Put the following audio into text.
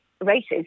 races